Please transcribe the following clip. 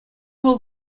вӑл